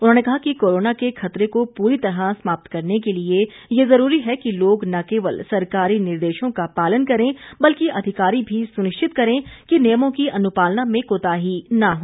उन्होंने कहा कि कोरोना के खतरे को पूरी तरह समाप्त करने के लिए ये जरूरी है कि लोग न केवल सरकारी निर्देशों का पालन करें बल्कि अधिकारी भी सुनिश्चित करें कि नियमों की अनुपालना में कोताही न हो